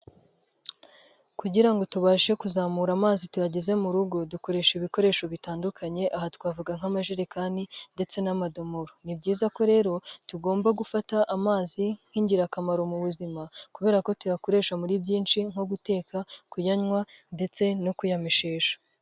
Kugira ngo tubashe kuzamura amazi tuyageze mu rugo dukoresha ibikoresho bitandukanye, aha twavuga nk'amajerekani, ndetse n'amadomoro. Ni byiza ko rero tugomba gufata amazi nk'ingirakamaro mu buzima kubera ko tuyakoresha muri byinshi nko guteka, kuyanwa, ndetse no kuyameshesha.